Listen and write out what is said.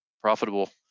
profitable